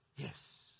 Yes